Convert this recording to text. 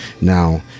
Now